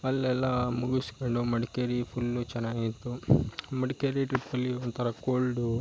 ಅಲ್ಲೆಲ್ಲ ಮುಗಿಸ್ಕೊಂಡು ಮಡಿಕೇರಿ ಫುಲ್ಲು ಚೆನ್ನಾಗಿತ್ತು ಮಡಿಕೇರಿ ಟ್ರಿಪ್ಪಲ್ಲಿ ಒಂಥರ ಕೋಲ್ಡು